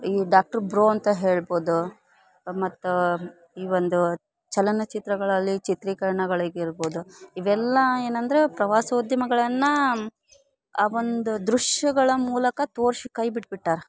ಈ doctor bro ಅಂತ ಹೇಳ್ಬೋದು ಮತ್ತು ಈ ಒಂದು ಚಲನಚಿತ್ರಗಳಲ್ಲಿ ಚಿತ್ರೀಕರ್ಣಗಳಿಗಿರ್ಬೋದು ಇವೆಲ್ಲ ಏನಂದ್ರ ಪ್ರವಾಸೋದ್ಯಮಗಳನ್ನ ಆ ಒಂದು ದೃಶ್ಯಗಳ ಮೂಲಕ ತೋರ್ಸಿ ಕೈ ಬಿಟ್ಬಿಟ್ಟಾರ